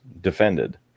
defended